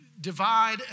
divide